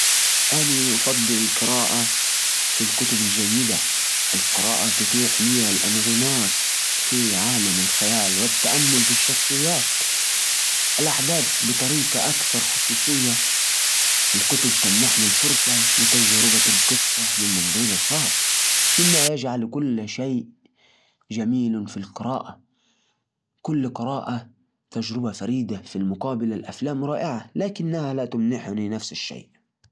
بالنسبالي، أحب قراية كتاب جيد. لأنه يفتح لي أبواب خيال واسعة ويفتح لي عوالم جديدة. الكتاب يخلي مخيلتي تشتغل بشكل أفضل، وأقدر أستمتع بالتفاصيل والأفكار العميقة. بينما الفيلم يعطيني تجربة سريعة، بس ما يقدر يعطيني نفس العمق